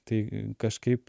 tai kažkaip